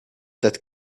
that